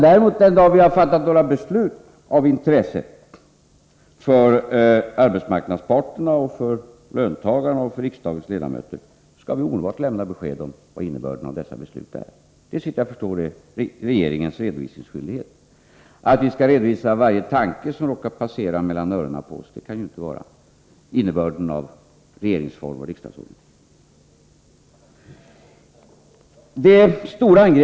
Den dag vi har fattat några beslut av intresse för arbetsmarknadsparterna, löntagarna och riksdagens ledamöter skall vi omedelbart lämna besked om vad innebörden av dessa beslut är. Det ingår, såvitt jag förstår, i regeringens redovisningsskyldighet. Men att vi skall redovisa varje tanke som råkar passera mellan öronen på oss kan ju inte vara innebörden av regeringsform och riksdagsordning.